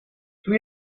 doe